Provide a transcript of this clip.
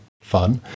fun